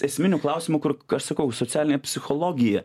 esminių klausimų kur aš sakau socialinė psichologija